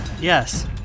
Yes